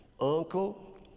uncle